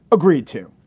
agreed to.